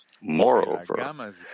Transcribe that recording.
Moreover